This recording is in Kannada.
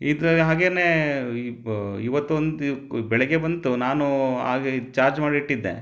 ಇದು ಹಾಗೆನೇ ಇವತ್ತು ಒಂದು ಕ್ ಬೆಳಿಗ್ಗೆ ಬಂತು ನಾನು ಹಾಗೆ ಇದು ಚಾರ್ಜ್ ಮಾಡಿ ಇಟ್ಟಿದ್ದೆ